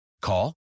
Call